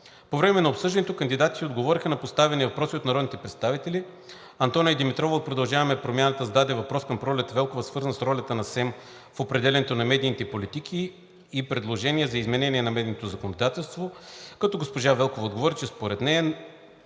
По време на обсъждането кандидатите отговориха на поставени въпроси от народните представители. Антония Димитрова от „Продължаваме промяната“ зададе въпрос към Пролет Велкова, свързан с ролята на СЕМ в определянето на медийните политики и предложения за изменения на медийното законодателство, като госпожа Велкова отговори, че според нея